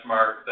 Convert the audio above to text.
Mark